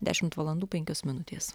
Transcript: dešimt valandų penkios minutės